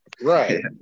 right